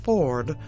Ford